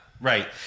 Right